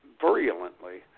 virulently